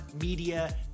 media